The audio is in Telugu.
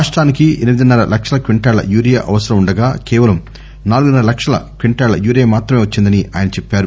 రాష్ట్రానికి ఎనిమిదిన్నర లక్షల క్వింటాళ్ళ యూరియా అవసరం ఉండగా కేవలం నాలుగున్నర లక్షల క్వింటాళ్ళ యూరియా మాత్రమే వచ్చిందని ఆయన చెప్పారు